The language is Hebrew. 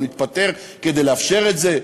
ומתפטר כדי לאפשר את זה,